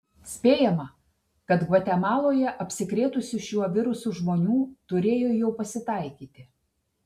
spėjama kad gvatemaloje apsikrėtusių šiuo virusu žmonių turėjo jau pasitaikyti